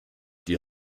dit